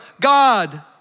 God